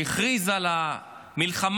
שהכריז על מלחמה